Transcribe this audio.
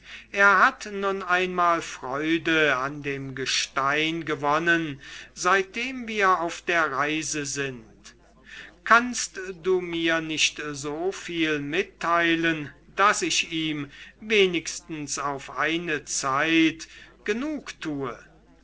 er hat nun einmal freude an dem gestein gewonnen seitdem wir auf der reise sind kannst du mir nicht so viel mitteilen daß ich ihm wenigstens auf eine zeit genugtue das